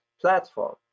platform